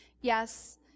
yes